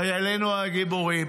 חיילינו הגיבורים